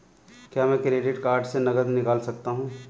क्या मैं credit card से नकद निकाल सकता हूँ?